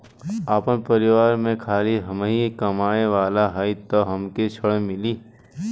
आपन परिवार में खाली हमहीं कमाये वाला हई तह हमके ऋण मिली?